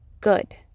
Good